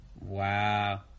Wow